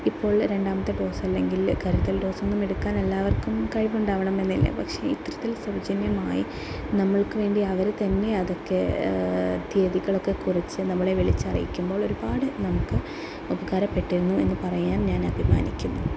ഇപ്പോൾ രണ്ടാമത്തെ ഡോസ് അല്ലെങ്കിൽ കരുതൽ ഡോസൊന്നും എടുക്കാൻ എല്ലാവർക്കും കഴിവുണ്ടാകണം എന്നില്ല പക്ഷെ ഇത്തരത്തിൽ സൗജന്യമായി നമ്മൾക്ക് വേണ്ടി അവർ തന്നെ അതൊക്കെ തീയതികളൊക്കെ കുറിച്ച് നമ്മളെ വിളിച്ച് അറിയിക്കുമ്പോൾ ഒരുപാട് നമുക്ക് ഉപകാരപ്പെട്ടിരുന്നു എന്നുപറയാൻ ഞാൻ അഭിമാനിക്കുന്നു